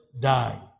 die